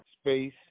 space